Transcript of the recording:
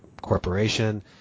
corporation